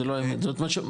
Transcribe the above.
זאת אומרת,